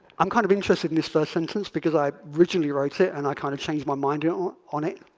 i'm kind of interested in this first sentence because i originally wrote it, and i kind of changed my mind yeah um on it.